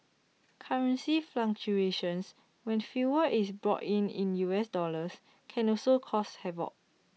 currency fluctuations when fuel is bought in U S dollars can also cause havoc